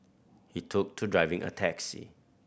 he took to driving a taxi